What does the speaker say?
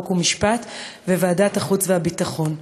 חוק ומשפט וועדת החוץ והביטחון.